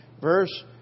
verse